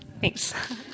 thanks